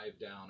down